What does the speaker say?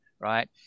Right